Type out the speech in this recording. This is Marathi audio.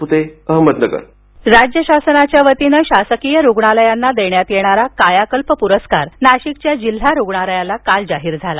पुरस्कार राज्य शासनाच्या वतीनं शासकीय रुग्णालयांना देण्यात येणारा कायाकल्प पुरस्कार नाशिकच्या जिल्हा रुग्णालयाला काल जाहीर झाला